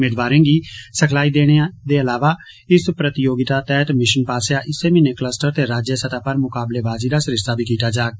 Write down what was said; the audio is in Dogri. मेदवारें गी सिखलाई देने दे इलावा इस प्रतियोगिता तैहत मिशन पासेआ इस्सै म्हीने क्लस्टर ते राज्य सतह पर मुकाबलेबाजी दा सरिस्ता बी कीता जाग